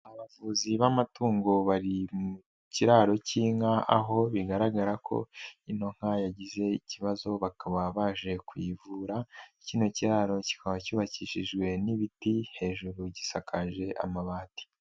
Abavuzi b'amatungo bari mu kiraro k'inka aho bigaragara ko ino nka yagize ikibazo bakaba baje kuyivura, kino kiraro kikaba cyubakishijwe n'ibiti hejuru gisakaje amabati.